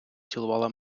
цілувала